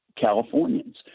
Californians